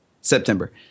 September